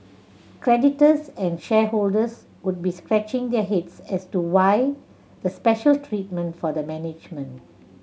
creditors and shareholders would be scratching their heads as to why the special treatment for the management